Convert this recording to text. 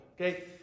Okay